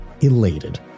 elated